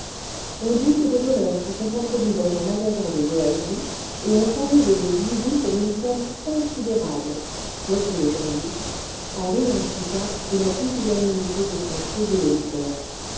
on dit que des voleurs se sont introduits dans un magasin de joaillerie et ont enlevé des bijoux pour une somme considérable reprit le journaliste en riant sous cape de la pusillanimité de son crédule auditeur